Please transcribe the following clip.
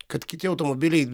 kad kiti automobiliai